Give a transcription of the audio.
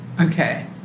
Okay